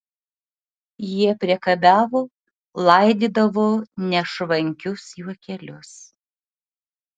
jie priekabiavo laidydavo nešvankius juokelius